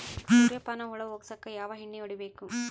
ಸುರ್ಯಪಾನ ಹುಳ ಹೊಗಸಕ ಯಾವ ಎಣ್ಣೆ ಹೊಡಿಬೇಕು?